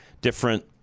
different